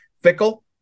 Fickle